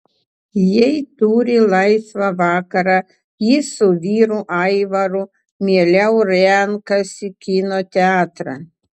jei turi laisvą vakarą ji su vyru aivaru mieliau renkasi kino teatrą